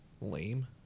lame